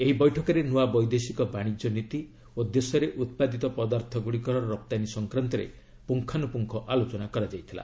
ଏହି ବୈଠକରେ ନୂଆ ବୈଦେଶିକ ବାଣିଜ୍ୟ ନୀତି ଓ ଦେଶରେ ଉତ୍ପାଦିତ ପଦାର୍ଥଗୁଡ଼ିକର ରପ୍ତାନୀ ସଂକ୍ରାନ୍ତରେ ପୁଙ୍ଗାନୁପୁଙ୍ଗ ଆଲୋଚନା ହୋଇଛି